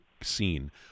scene